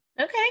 Okay